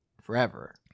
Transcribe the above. forever